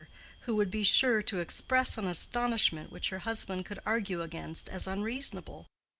who would be sure to express an astonishment which her husband could argue against as unreasonable,